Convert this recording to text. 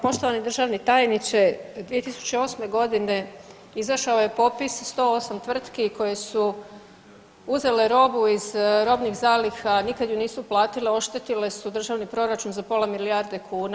Poštovani državni tajniče, 2008. g. izašao je popis 108 tvrtki koje su uzele robu iz robnih zaliha, nikada ju nisu platile, oštetile su državni proračun za pola milijarde kuna.